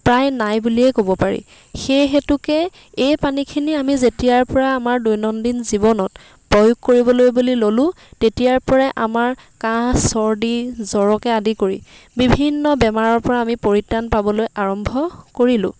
প্ৰায় নাই বুলিয়ে ক'ব পাৰি সেই হেতুকে এই পানীখিনি আমি যেতিয়াৰ পৰা আমাৰ দৈনন্দিন জীৱনত প্ৰয়োগ কৰিবলৈ বুলি ল'লোঁ তেতিয়াৰ পৰাই আমাৰ কাহ চৰ্দি জ্বৰকে আদি কৰি বিভিন্ন বেমাৰৰ পৰা আমি পৰিত্ৰাণ পাবলৈ আৰম্ভ কৰিলোঁ